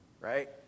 right